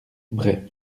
bref